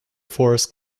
forest